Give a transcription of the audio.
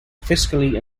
fiscally